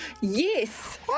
yes